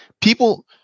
People